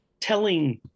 telling